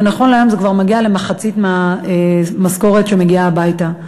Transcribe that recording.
ונכון להיום זה כבר מגיע למחצית המשכורת שמגיעה הביתה.